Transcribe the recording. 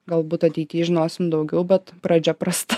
galbūt ateity žinosim daugiau bet pradžia prasta